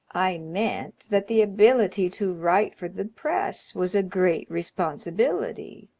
i meant that the ability to write for the press was a great responsibility,